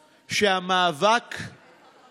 באמת, תסתכלו על